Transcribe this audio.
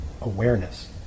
awareness